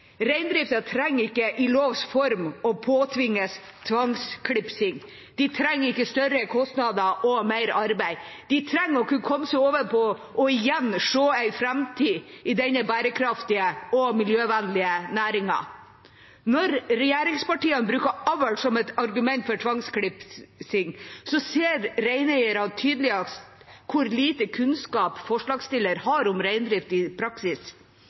Reindriften trenger ikke i lovs form å påtvinges tvangsklipsing. De trenger ikke større kostnader og mer arbeid, de trenger å kunne komme seg ovenpå og igjen se en framtid i denne bærekraftige og miljøvennlige næringen. Når regjeringspartiene bruker avl som et argument for tvangsklipsing, ser reineierne tydeligst hvor liten kunnskap forslagsstillerne har om reindrift i praksis.